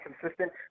consistent